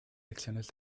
lecciones